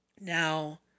Now